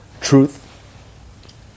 truth